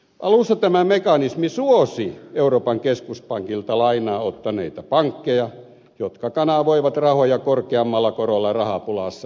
alussa tämä mekanismi suosi euroopan keskuspankilta lainaa ottaneita pankkeja jotka kanavoivat rahoja korkeammalla korolla rahapulassa oleville valtioille